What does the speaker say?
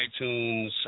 iTunes